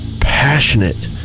passionate